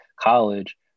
college